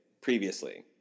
previously